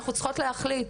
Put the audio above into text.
אנחנו צריכות להחליט,